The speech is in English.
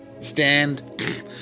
stand